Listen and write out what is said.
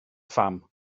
pham